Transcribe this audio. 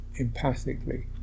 empathically